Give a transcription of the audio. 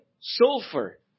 Sulfur